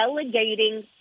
delegating